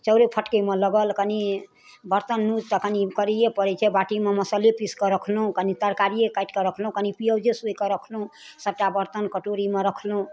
चाउरो फटकैमे लगल कनि बर्तन यूज तऽ कनि करैए पड़ै छै बाटीमे मसल्ले पीसिकऽ रखलहुँ कनि तरकारिए काटिकऽ रखलहुँ कनि पिऔजो सोहिकऽ रखलहुँ सबटा बर्तन कटोरीमे रखलहुँ